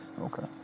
Okay